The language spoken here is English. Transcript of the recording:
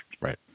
Right